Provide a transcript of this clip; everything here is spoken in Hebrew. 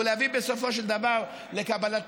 ולהביא בסופו של דבר לקבלתה,